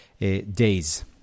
days